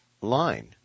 line